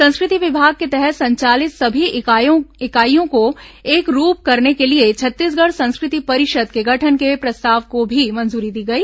संस्कृति विभाग के तहत संचालित सभी इकाइयों को एक रूप करने के लिए छत्तीसगढ़ संस्कृति परिषद के गठन के प्रस्ताव को भी मंजूरी दी गई